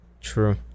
true